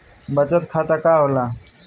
बचत खाता का होला?